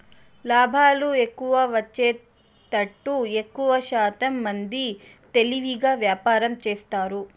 లాభాలు ఎక్కువ వచ్చేతట్టు ఎక్కువశాతం మంది తెలివిగా వ్యాపారం చేస్తారు